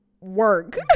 work